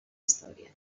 història